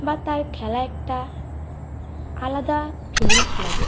বা তার খেলা একটা আলাদা ফিলিংস লাগে